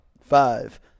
five